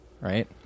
right